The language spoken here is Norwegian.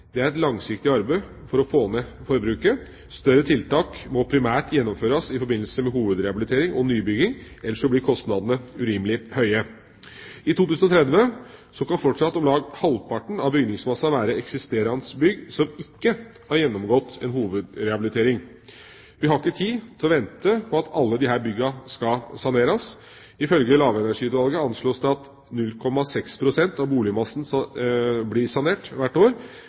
Det er et langsiktig arbeid å få ned forbruket. Større tiltak må primært gjennomføres i forbindelse med hovedrehabilitering og nybygging, ellers blir kostnadene urimelig høye. I 2030 kan fortsatt om lag halvparten av bygningsmassen være eksisterende bygg som ikke har gjennomgått en hovedrehabilitering. Vi har ikke tid til å vente på at alle disse byggene skal saneres. Ifølge Lavenergiutvalget anslås det at 0,6 pst. av boligmassen blir sanert hvert år.